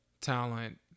talent